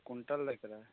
quintal लैके रहए